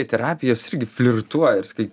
į terapijas irgi flirtuoja ir sakai